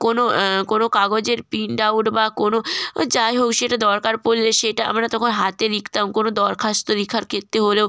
কোনো কোনো কাগজের প্রিন্ট আউট বা কোনো ও যাই হোক সেটা দরকার পড়লে সেটা আমরা তখন হাতে লিখতাম কোনো দরখাস্ত লেখার ক্ষেত্রে হলেও